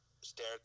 stare